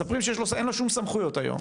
מספרים שיש לו סמכויות, אין לו שום סמכויות היום.